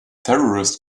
terrorist